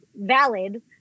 valid